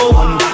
one